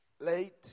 late